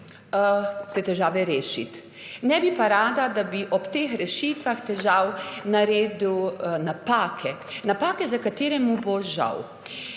jih želi rešiti. Nebi pa rada, da bi ob teh rešitvah težav naredil napake. Napake za katere mu bo žal.